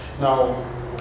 Now